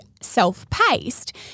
self-paced